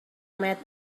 met